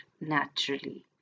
naturally